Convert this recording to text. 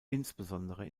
insbesondere